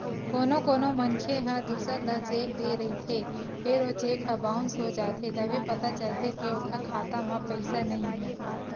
कोनो कोनो मनखे ह दूसर ल चेक दे रहिथे फेर ओ चेक ह बाउंस हो जाथे तभे पता चलथे के ओखर खाता म पइसा नइ हे